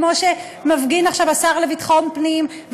כמו שמפגין עכשיו השר לביטחון פנים,